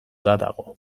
dago